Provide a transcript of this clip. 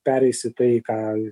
pereis į tai ką